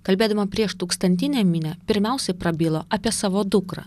kalbėdama prieš tūkstantinę minią pirmiausiai prabilo apie savo dukrą